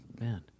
Man